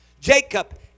Jacob